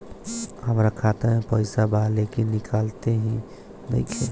हमार खाता मे पईसा बा लेकिन निकालते ही नईखे?